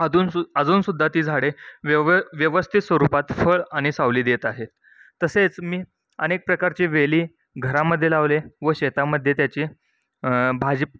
अजून सु अजूनसुद्धा ती झाडे व्यव व्यवस्थित स्वरूपात फळ आणि सावली देत आहेत तसेच मी अनेक प्रकारची वेली घरामध्ये लावले व शेतामध्ये त्याची भाजी